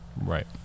right